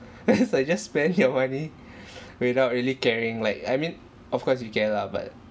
I just spend your money without really caring like I mean of course you care lah but